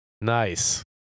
Nice